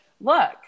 Look